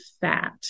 fat